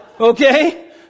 Okay